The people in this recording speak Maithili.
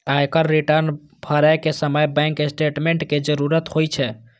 आयकर रिटर्न भरै के समय बैंक स्टेटमेंटक जरूरत होइ छै